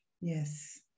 Yes